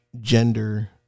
gender